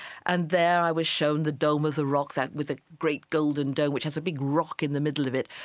and there i was shown the dome of the rock, that with the great golden dome which has a big rock in the middle of it.